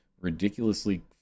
ridiculously